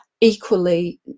Equally